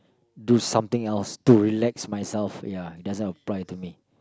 do something else to relax myself ya doesn't apply to me